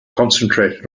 concentrated